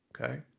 okay